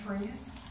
trees